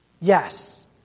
Yes